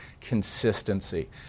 consistency